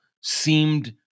seemed